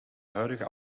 huidige